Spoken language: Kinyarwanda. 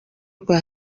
rwa